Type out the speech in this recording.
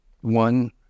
One